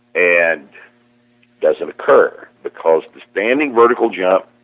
and doesn't occur because the standing vertical jump